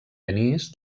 denis